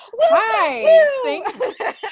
Hi